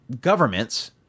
governments